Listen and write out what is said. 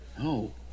No